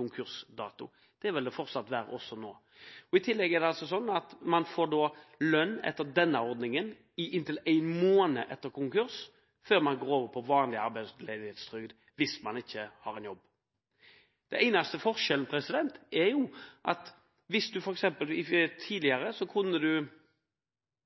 konkursdato. Slik vil det fortsette å være etter i dag også. I tillegg får man med denne ordningen lønn i inntil én måned etter konkurs, før man går over på vanlig arbeidsledighetstrygd, hvis man ikke har en jobb. Den eneste forskjellen er at hvis du tidligere mistet jobben 4. november i én bedrift, fikk du